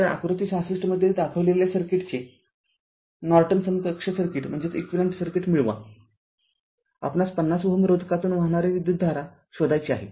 तर आकृती ६६ मध्ये दाखविलेल्या सर्किटचे नॉर्टन समकक्ष सर्किट मिळवा आपणास ५० Ω रोधकातून वाहणारी विद्युतधारा शोधायची आहे